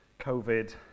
COVID